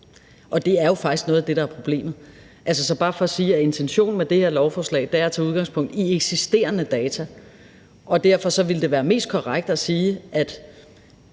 Og det er jo faktisk noget af det, der er problemet. Intentionen med det her lovforslag er at tage udgangspunkt i eksisterende data, og derfor vil det være mest korrekt at sige, at